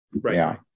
Right